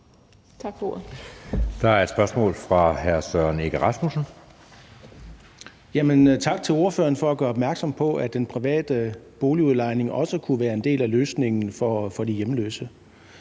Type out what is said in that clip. fra hr. Søren Egge Rasmussen. Kl. 15:41 Søren Egge Rasmussen (EL): Tak til ordføreren for at gøre opmærksom på, at den private boligudlejning også kunne være en del af løsningen for de hjemløse.